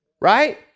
Right